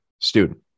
student